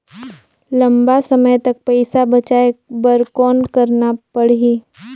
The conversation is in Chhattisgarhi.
लंबा समय तक पइसा बचाये बर कौन करना पड़ही?